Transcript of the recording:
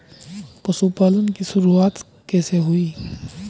पशुपालन की शुरुआत कैसे हुई?